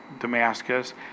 Damascus